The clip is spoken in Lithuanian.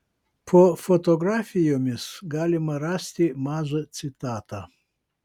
po fotografijomis galima rasti mažą citatą